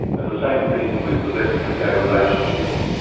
and the same thing with the blessing of gay relationships.